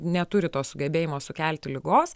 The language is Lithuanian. neturi to sugebėjimo sukelti ligos